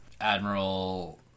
Admiral